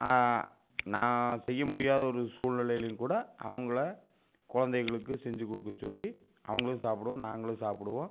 நான் செய்ய முடியாத ஒரு சூழ்நிலையிலேயும் கூட அவங்கள குழந்தைகளுக்கு செஞ்சு கொடுக்க சொல்லி அவங்குளும் சாப்பிடுவோம் நாங்களும் சாப்பிடுவோம்